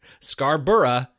Scarborough